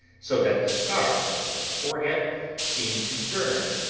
so that the scar on her forehead seemed to burn,